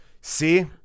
See